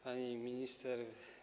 Pani Minister!